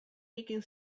nicking